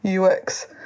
UX